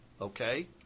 okay